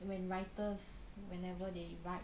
when writers whenever they write